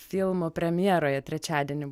filmo premjeroje trečiadienį